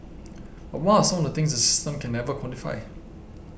but what are some of the things the system can never quantify